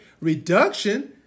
reduction